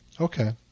Okay